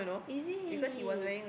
is it